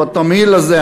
בתמהיל הזה,